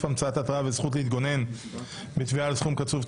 המצאת התראה וזכות להתגונן בתביעה על סכום קצוב),